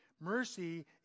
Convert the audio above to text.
Mercy